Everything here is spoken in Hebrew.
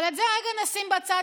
אבל את זה רגע נשים בצד,